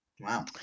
Wow